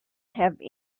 have